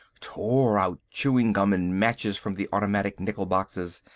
tore out chewing gum and matches from the automatic nickel boxes,